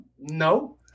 No